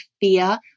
fear